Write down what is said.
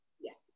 Yes